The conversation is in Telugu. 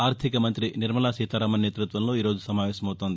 ఆర్థిక మంతి నిర్మలా సీతారామన్ నేతృత్వంలో ఈరోజు సమావేశమవుతుంది